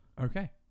okay